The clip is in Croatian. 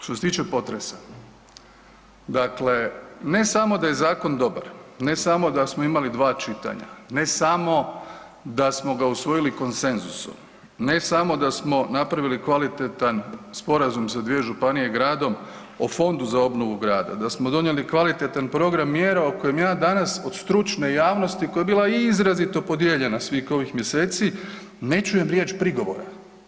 Što se tiče potresa, dakle ne samo da je zakon dobar, ne samo da smo imali dva čitanja, ne samo da smo ga usvojili konsenzusom, ne samo da smo napravili kvalitetan sporazum sa dvije županije i gradom o Fondu za obnovu grada, da smo donijeli kvalitetan program mjera o kojem ja danas od stručne javnosti koja je bila izrazito podijeljena svih ovih mjeseci ne čujem riječ prigovora.